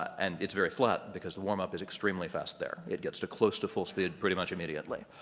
and it's very flat because the warmup is extremely fast there. it gets to close to full speed pretty much immediately.